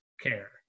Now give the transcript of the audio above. care